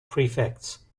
prefects